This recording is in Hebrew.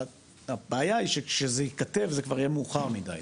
הבעיה היא, שכשזה ייכתב, זה כבר יהיה מאוחר מידי.